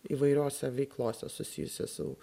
įvairiose veiklose susijusios su